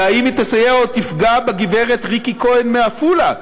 והאם היא תסייע או תפגע בגברת ריקי כהן מעפולה,